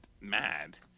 mad